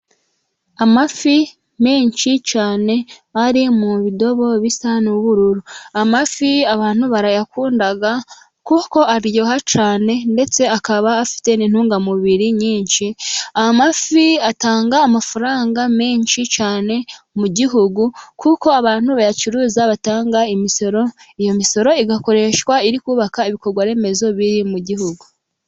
Amafi menshi cyane ari mu bidobo bisa n'ubururu, amafi abantu barayakunda kuko aryoha cyane , ndetse akaba afite n'intungamubiri nyinshi. Amafi atanga amafaranga menshi cyane mu gihugu kuko abantu bayacuruza batanga imisoro, iyo misoro igakoreshwa iri kubaka ibikorwaremezo biri mu gihugu.